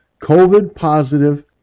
COVID-positive